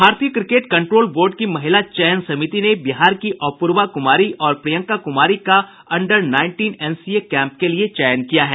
भारतीय cricket control board की महिला चयन समिति ने बिहार की अपूर्वा कुमारी और प्रिंयका कुमारी का अंडर नाईटीन एनसीए कैम्प के लिये चयन किया है